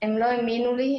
שלי לא האמינו לי.